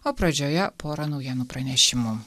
o pradžioje pora naujienų pranešimų